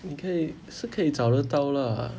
你可以是可以找得到啦